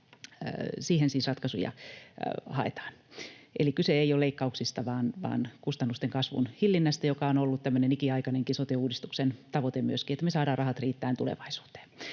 Siihen siis ratkaisuja haetaan. Eli kyse ei ole leikkauksista vaan kustannusten kasvun hillinnästä, joka on ollut tämmöinen ikiaikainenkin sote-uudistuksen tavoite myöskin, että me saadaan rahat riittämään tulevaisuuteen.